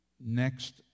next